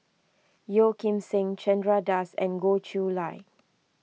Yeo Kim Seng Chandra Das and Goh Chiew Lye